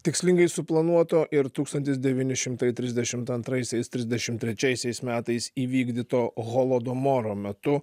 tikslingai suplanuoto ir tūkstantis devyni šimtai trisdešimt antraisiais trisdešimt trečiaisiais metais įvykdyto holodomoro metu